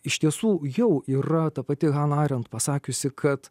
iš tiesų jau yra ta pati hana arent pasakiusi kad